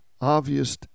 obvious